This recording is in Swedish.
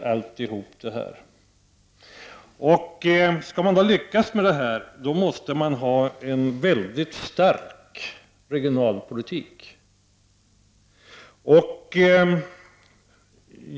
Skall man lyckas med de av Mona Sahlin uppräknade åtgärderna, måste man ha en mycket stark regionalpolitik.